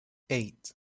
eight